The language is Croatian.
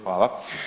Hvala.